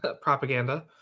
propaganda